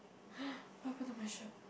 what happen to my shirt